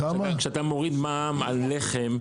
כשאתה מוריד מע"מ על לחם,